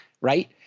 Right